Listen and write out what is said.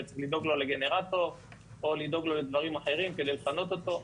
וצריך לדאוג לו לגנרטור או לדאוג לו לדברים אחרים כדי לפנות אותו.